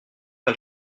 pas